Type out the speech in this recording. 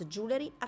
Jewelry